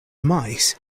mice